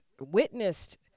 witnessed